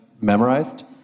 memorized